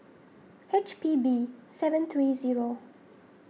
H P B seven three zero